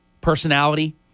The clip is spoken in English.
personality